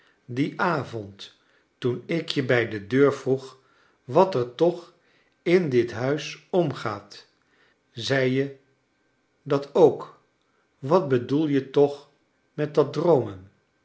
dien avond toen ik je bij de deur vroeg wat er toch in dit huis om gaat zei je dat ook wat bedoel je toch met dat droomen